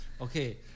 okay